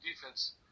defense